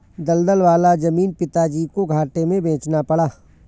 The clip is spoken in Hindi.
दलदल वाला जमीन पिताजी को घाटे में बेचना पड़ा